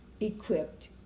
equipped